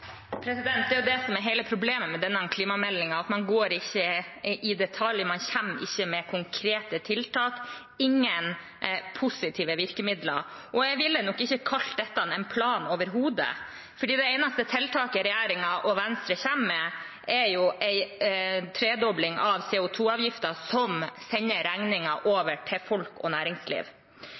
Det er jo det som er hele problemet med denne klimameldingen: Man går ikke i detalj, man kommer ikke med konkrete tiltak – ingen positive virkemidler. Jeg ville nok ikke kalt dette en plan overhodet, for det eneste tiltaket regjeringen og Venstre kommer med, er en tredobling av CO 2 -avgiften, som sender regningen over til folk og næringsliv.